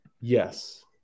Yes